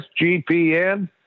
SGPN